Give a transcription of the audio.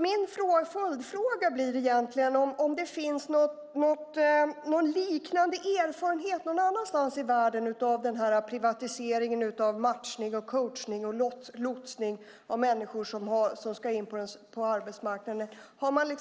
Min följdfråga blir om det finns någon liknande erfarenhet någon annanstans i världen av denna privatisering av matchning, coachning och lotsning av människor som ska in på arbetsmarknaden. Har man